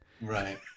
Right